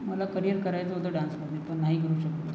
मला करियर करायचं होतं डान्समध्ये पण नाही करू शकलो